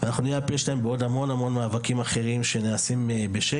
ואנחנו נהיה הפה שלהם בעוד המון מאבקים אחרים שאנחנו עושים בשקט,